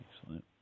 Excellent